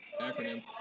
acronym